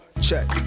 check